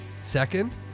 Second